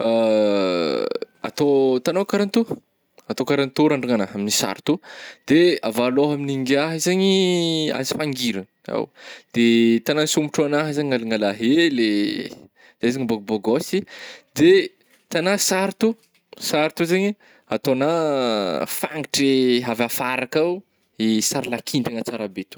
Atô, itagnao ka raha to, atao ka raha to randragna agnà, amin'ny sary to, de avy alôha amin'ny ngiahy zegny aza fangiragna, ao ?de tagna sombotra agnà zany alangala hely eh, zegny zah bôg-bogôsy, de itagnà sary to, sary to zany ih, ataogna fangitry avy afara akao i sary la kintagna tsara be to.